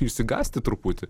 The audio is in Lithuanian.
išsigąsti truputį